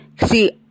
See